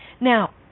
Now